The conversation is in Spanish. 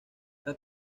las